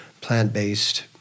plant-based